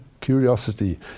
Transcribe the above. curiosity